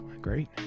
Great